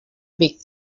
big